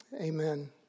amen